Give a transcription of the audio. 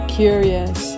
curious